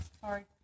Sorry